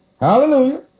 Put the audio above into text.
hallelujah